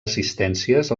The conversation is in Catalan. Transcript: assistències